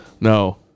No